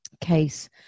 case